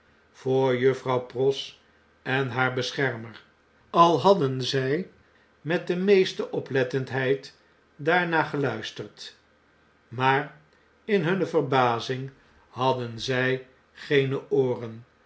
voor juffrouw pross en haar beschermer al hadden zjj met de meeste oplettendheid daarnaar geluisterd maar in hunne verbazing hadden zjj geene ooren